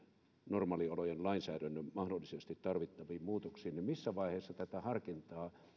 normaaliolojen lainsäädännön mahdollisesti tarvittaviin muutoksiin missä vaiheessa tätä harkintaa